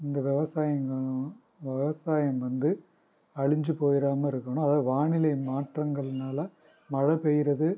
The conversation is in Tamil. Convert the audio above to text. இங்கே விவசாயிங்களும் விவசாயம் வந்து அழிஞ்சு போயிறாம இருக்கணும் அதாவது வானிலை மாற்றங்கள்னால மழை பெய்யிறது